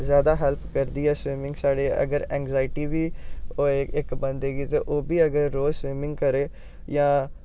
ज्यादा हैल्प करदी ऐ स्विमिंग साढ़े अगर इंग्जाइटी बी होए इक बंदे गी ते ओह् बी अगर रोज़ स्विमिंग करै जां